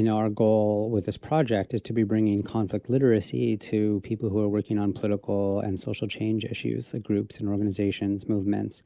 in our goal with this project is to be bringing conflict literacy to people who are working on political and social change issues, the groups and organizations movements.